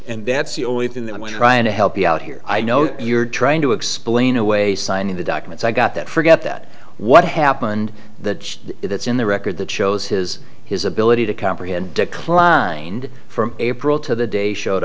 and that's the only thing that i want trying to help you out here i know you're trying to explain away signing the documents i got that forget that what happened that that's in the record that shows his his ability to comprehend declined from april to the day showed